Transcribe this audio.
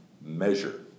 measure